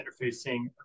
interfacing